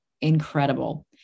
incredible